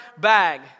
bag